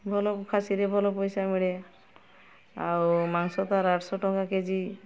ଭଲ ଖାସିରେ ଭଲ ପଇସା ମିଳେ ଆଉ ମାଂସ ତା'ର ଆଠଶହ ଟଙ୍କା କେଜି